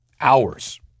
hours